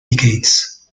decades